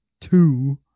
two